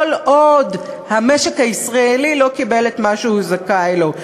עוד המשק הישראלי לא קיבל את מה שהוא זכאי לו,